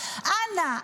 אנא,